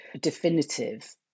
definitive